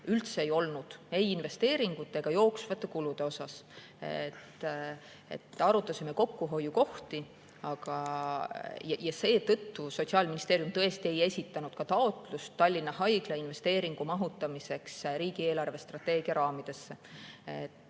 üldse ei olnud, ei investeeringuteks ega jooksvateks kuludeks. Arutasime kokkuhoiukohti. Ja seetõttu Sotsiaalministeerium tõesti ei esitanud taotlust Tallinna Haigla investeeringu mahutamiseks riigi eelarvestrateegia raamidesse.